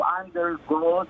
undergo